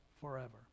forever